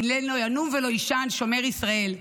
הנה לא ינום ולא יישן שומר ישראל.